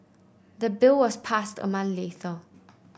the bill was passed a month later